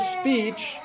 speech